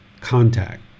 contact